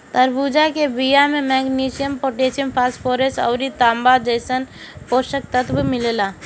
तरबूजा के बिया में मैग्नीशियम, पोटैशियम, फास्फोरस अउरी तांबा जइसन पोषक तत्व मिलेला